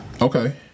Okay